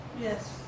Yes